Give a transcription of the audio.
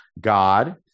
God